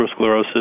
atherosclerosis